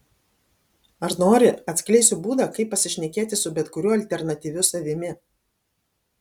ar nori atskleisiu būdą kaip pasišnekėti su bet kuriuo alternatyviu savimi